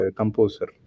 composer